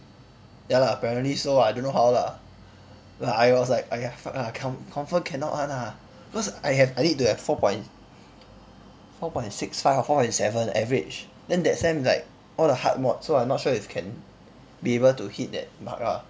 ya lah apparently so I don't know how lah like I was like !aiya! fuck lah con~ confirm cannot [one] ah cause I have I need to have four point four point six five or four point seven average then that sem like all the hard mod so I not sure if can be able to hit that mark lah